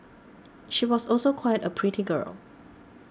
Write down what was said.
she was also quite a pretty girl